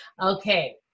okay